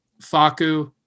Faku